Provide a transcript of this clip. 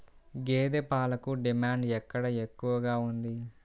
గేదె పాలకు డిమాండ్ ఎక్కడ ఎక్కువగా ఉంది?